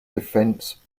defense